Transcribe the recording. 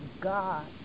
God